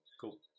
Cool